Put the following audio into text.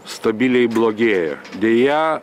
stabiliai blogėjo deja